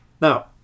Now